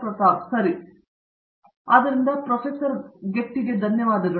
ಪ್ರತಾಪ್ ಹರಿಡೋಸ್ ಆದ್ದರಿಂದ ಪ್ರೊಫೆಸರ್ ಗೆಟ್ಟಿಗೆ ಧನ್ಯವಾದಗಳು